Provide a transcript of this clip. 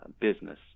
business